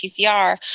PCR